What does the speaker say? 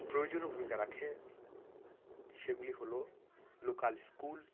প্রয়োজনীয় ভূমিকা রাখে সেগুলি হলো লোকাল স্কুল